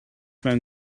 mewn